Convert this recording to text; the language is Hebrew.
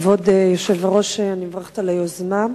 כבוד היושב-ראש, אני מברכת על היוזמה.